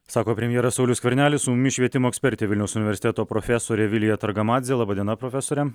sako premjeras saulius skvernelis su mumis švietimo ekspertė vilniaus universiteto profesorė vilija targamadzė laba diena profesore